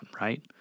right